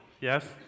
yes